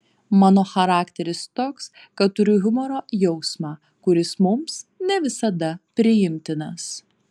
mano charakteris toks kad turiu humoro jausmą kuris mums ne visada priimtinas